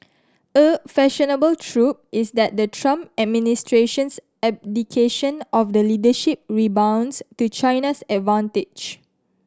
a fashionable trope is that the Trump administration's abdication of the leadership rebounds to China's advantage